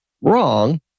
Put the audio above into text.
wrong